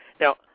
Now